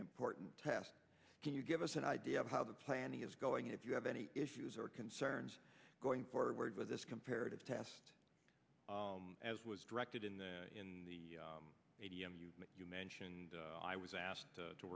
important test can you give us an idea of how the planning is going if you have any issues or concerns going forward with this comparative test as was directed in the in the a d m you you mentioned i was asked to